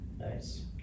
Nice